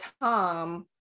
Tom